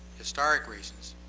historic reasons,